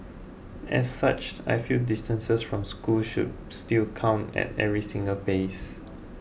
as such I feel distances from school should still count at every single phase